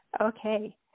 Okay